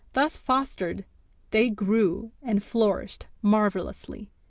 thus fostered they grew and flourished marvellously,